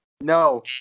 No